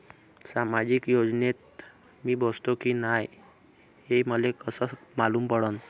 सामाजिक योजनेत मी बसतो की नाय हे मले कस मालूम पडन?